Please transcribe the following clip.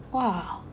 !wah!